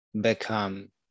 become